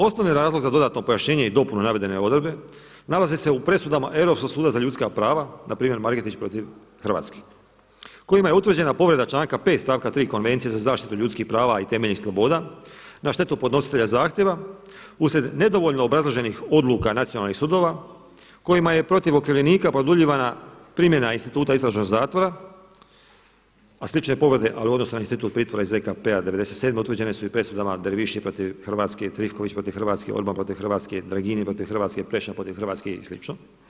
Osnovni razlog za dodatno pojašnjenje i dopunu navedene odredbe nalazi se u presudama Europskog suda za ljudska prava, npr. Margetić protiv Hrvatske, kojima je utvrđena povreda članka 5. stavka 3. Konvencije za zaštitu ljudskih prava i temeljnih sloboda na štetu podnositelja zahtjeva uslijed nedovoljno obrazloženih odluka nacionalnih sudova kojima je protiv okrivljenika produljivana primjena instituta istražnog zatvora, a slične povrede ali u odnosu na institut pritvora iz ZKP-a '97. utvrđene su i presudama Derviši protiv Hrvatske, … protiv Hrvatske, Orban protiv Hrvatske, Dragini protiv Hrvatske, Preša protiv Hrvatske i slično.